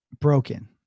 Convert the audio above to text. broken